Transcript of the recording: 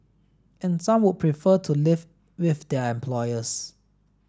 and some would prefer to live with their employers